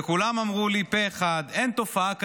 וכולם אמרו לי פה אחד: אין תופעה כזו,